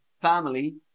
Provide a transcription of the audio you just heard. family